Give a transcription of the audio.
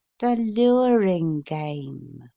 the luring game.